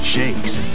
shakes